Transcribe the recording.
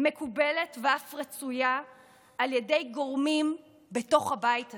מקובלת ואף רצויה על ידי גורמים בתוך הבית הזה.